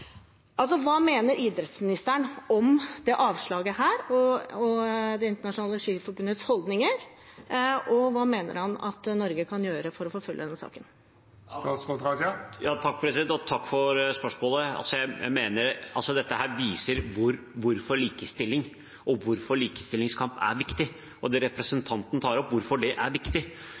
Hva mener idrettsministeren om dette avslaget og Det internasjonale skiforbundets holdninger, og hva mener han at Norge kan gjøre for å forfølge denne saken? Takk for spørsmålet. Dette viser hvorfor likestilling og likestillingskamp er viktig, og hvorfor det representanten tar opp, er viktig. I går var det